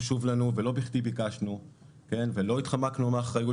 חשוב לנו ולא בכדי ביקשנו ולא התחמקנו מהאחריות